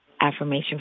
affirmation